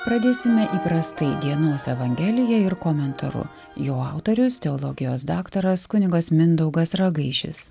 pradėsime įprastai dienos evangelija ir komentaru jo autorius teologijos daktaras kunigas mindaugas ragaišis